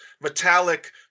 metallic